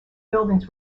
buildings